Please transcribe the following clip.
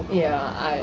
yeah.